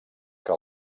que